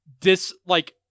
dis-like-